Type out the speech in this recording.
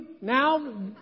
now